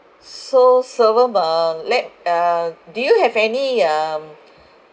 so serven um let uh do you have any um